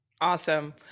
Awesome